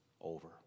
over